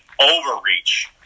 overreach